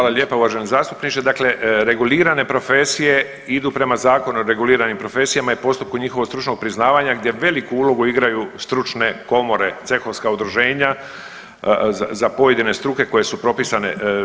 Hvala lijepo uvaženi zastupniče, dakle regulirane profesije idu prema Zakonu o reguliranim profesijama i postupku njihovog stručnog priznavanja gdje veliku ulogu igraju stručne komore, cehovska udruženja za pojedine struke koje su propisane.